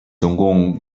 总共